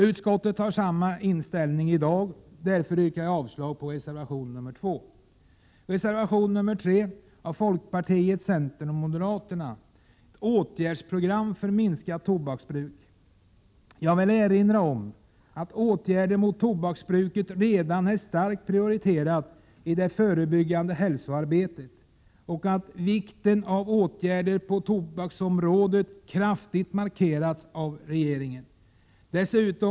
Utskottet har samma inställning i dag. Jag yrkar därför avslag på reservation 2. Folkpartiet, centern och moderaterna behandlar i reservation 3 åtgärdsprogram för minskat tobaksbruk. Jag vill erinra om att åtgärder mot tobaksbruket redan är starkt prioriterade i det förebyggande hälsoarbetet. Regeringen har också kraftigt markerat vikten av åtgärder på detta område.